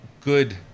good